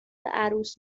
عروس